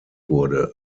wurde